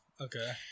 Okay